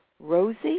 Rosie